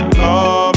love